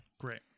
Great